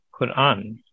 Quran